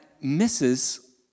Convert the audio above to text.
misses